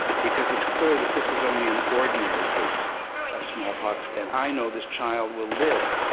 because it's clear that this is only an ordinary case of smallpox, and i know this child will live.